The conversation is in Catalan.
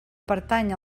pertany